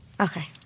Okay